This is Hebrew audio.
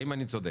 האם אני צודק?